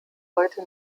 heute